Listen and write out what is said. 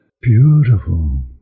Beautiful